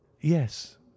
yes